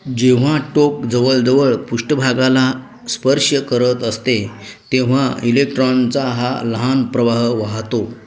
जेव्हा टोक जवळजवळ पृष्ठभागाला स्पर्श करत असते तेव्हा इलेक्ट्रॉनचा हा लहान प्रवाह वाहतो